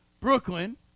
Brooklyn